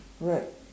right